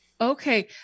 Okay